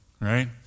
right